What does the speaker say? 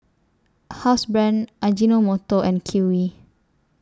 Housebrand Ajinomoto and Kiwi